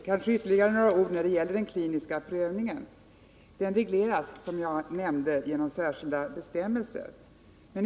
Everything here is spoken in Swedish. Herr talman! Ytterligare ett par ord om den kliniska prövningen. Som jag nämnde regleras den genom särskilda bestämmelser.